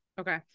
Okay